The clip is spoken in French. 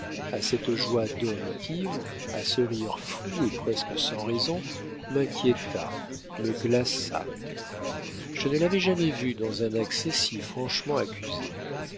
à cette joie d'homme ivre à ce rire fou et presque sans raison m'inquiéta me glaça je ne l'avais jamais vu dans un accès si franchement accusé